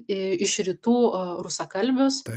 iš rytų rusakalbius